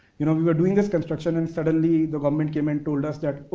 you know, we were doing this construction and suddenly the government came and told us that,